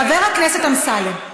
חבר הכנסת אמסלם,